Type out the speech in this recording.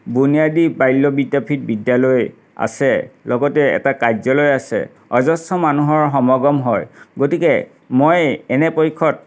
বুনিয়াদী বাল্য বিদ্যাপীঠ বিদ্যালয় আছে লগতে এটা কাৰ্যালয় আছে অজস্ৰ মানুহৰ সমাগম হয় গতিকে মই এনে পক্ষত